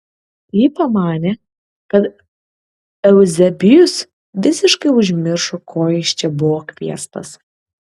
ji pamanė kad euzebijus visiškai užmiršo ko jis čia buvo kviestas